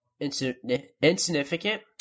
Insignificant